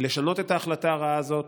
לשנות את ההחלטה הרעה הזאת.